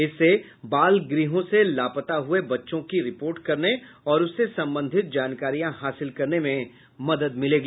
इससे बाल गृहों से लापता हुए बच्चों की रिपोर्ट करने और उससे संबंधित जानकारियां हासिल करने में मदद मिलेगी